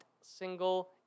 single